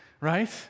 right